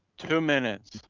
two minutes,